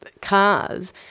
cars